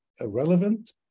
relevant